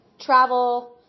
travel